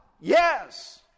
Yes